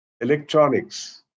electronics